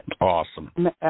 Awesome